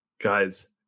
Guys